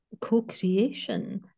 co-creation